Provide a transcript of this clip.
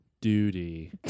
duty